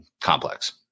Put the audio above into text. complex